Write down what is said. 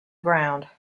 ground